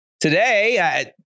today